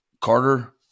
Carter